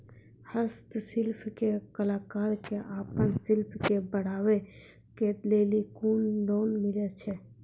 हस्तशिल्प के कलाकार कऽ आपन शिल्प के बढ़ावे के लेल कुन लोन मिलै छै?